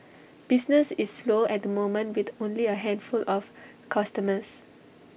business is slow at the moment with only A handful of customers